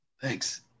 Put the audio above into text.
Thanks